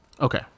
Okay